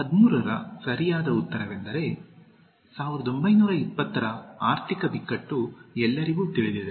13 ರ ಸರಿಯಾದ ಉತ್ತರವೆಂದರೆ 1920 ರ ಆರ್ಥಿಕ ಬಿಕ್ಕಟ್ಟು ಎಲ್ಲರಿಗೂ ತಿಳಿದಿದೆ